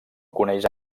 coneix